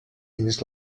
dins